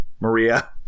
Maria